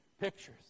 pictures